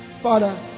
Father